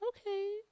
okay